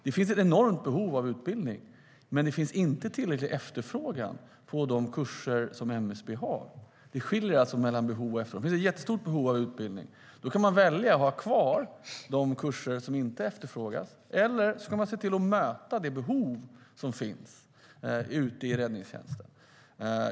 Det finns ett enormt behov av utbildning, men det finns inte tillräckligt stor efterfrågan på de kurser som MSB erbjuder. Då kan man välja att ha kvar de kurser som inte efterfrågas eller att möta de behov som finns i räddningstjänsten.